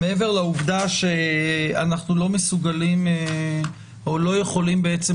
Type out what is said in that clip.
מעבר לעובדה שאנחנו לא מסוגלים או לא יכולים בעצם